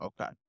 Okay